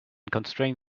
constrain